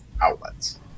outlets